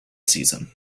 season